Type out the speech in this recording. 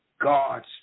God's